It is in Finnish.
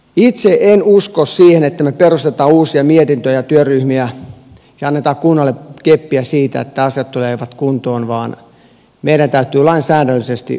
itse en usko siihen että me perustamme uusia mietintöjä työryhmiä ja annamme kunnalle keppiä siitä että asiat tulevat kuntoon vaan meidän täytyy lainsäädännöllisesti muuttaa näitä asetuksia